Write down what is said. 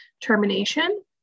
termination